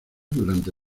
durante